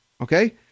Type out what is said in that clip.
Okay